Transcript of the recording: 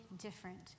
different